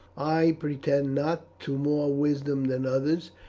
i pretend not to more wisdom than others,